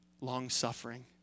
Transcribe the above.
long-suffering